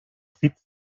sitz